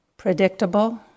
Predictable